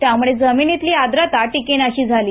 त्यामुळे जमिनीतली आद्रता टिकेनाशी झाली